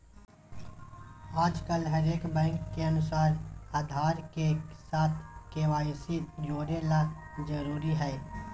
आजकल हरेक बैंक के अनुसार आधार के साथ के.वाई.सी जोड़े ल जरूरी हय